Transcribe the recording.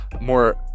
more